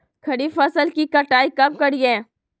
खरीफ फसल की कटाई कब करिये?